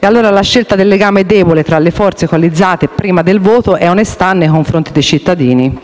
E allora la scelta del legame debole tra le forze coalizzate prima del voto è onestà nei confronti dei cittadini.